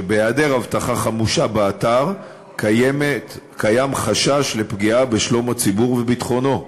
שבהיעדר אבטחה חמושה באתר קיים חשש לפגיעה בשלום הציבור וביטחונו.